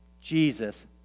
Jesus